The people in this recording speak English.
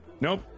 Nope